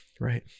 right